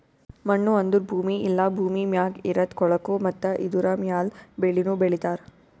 ಮಣ್ಣು ಅಂದುರ್ ಭೂಮಿ ಇಲ್ಲಾ ಭೂಮಿ ಮ್ಯಾಗ್ ಇರದ್ ಕೊಳಕು ಮತ್ತ ಇದುರ ಮ್ಯಾಲ್ ಬೆಳಿನು ಬೆಳಿತಾರ್